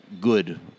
good